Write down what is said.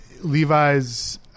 Levi's